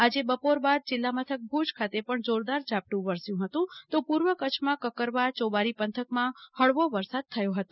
આજે બપોર બાદ જિલ્લા મથક ભુજ ખાતે પણ જોરદાર ઝાપટું વરસ્યું હતું તો પૂર્વ કચ્છમાં કકરવા ચોબારી પંથકમાં હળવો વરસાદ થયો હતો